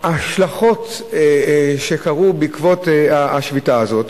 ההשלכות שקרו בעקבות השביתה הזאת,